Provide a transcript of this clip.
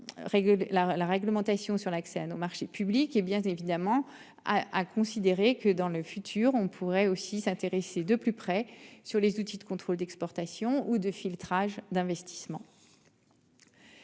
la réglementation sur l'accès à nos marchés publics, et bien évidemment a considérer que dans le futur on pourrait aussi s'intéresser de plus près sur les outils de contrôle d'exportation ou de filtrage d'investissement.--